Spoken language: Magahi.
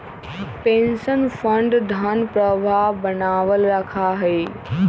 पेंशन फंड धन प्रवाह बनावल रखा हई